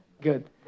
Good